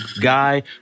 guy